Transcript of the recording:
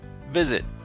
Visit